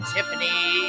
Tiffany